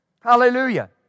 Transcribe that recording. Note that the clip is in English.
Hallelujah